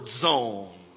zone